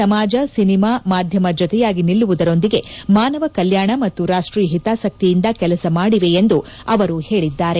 ಸಮಾಜ ಸಿನಿಮಾ ಮಾಧ್ವಮ ಜೊತೆಯಾಗಿ ನಿಲ್ಲುವುದರೊಂದಿಗೆ ಮಾನವ ಕಲ್ಯಾಣ ಮತ್ತು ರಾಷ್ಟೀಯ ಹಿತಾಸಕ್ತಿಯಿಂದ ಕೆಲಸ ಮಾಡಿವೆ ಎಂದು ಅವರು ಹೇಳಿದ್ದಾರೆ